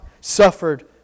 suffered